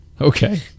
Okay